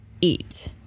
eat